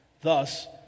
Thus